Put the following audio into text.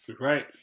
right